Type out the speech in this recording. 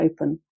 open